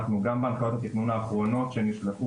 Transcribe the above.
אנחנו גם בהנחיות התכנון האחרונות שנשלחו